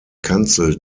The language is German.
kanzel